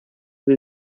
will